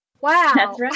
Wow